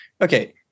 Okay